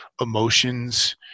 emotions